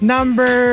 Number